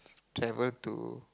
travel to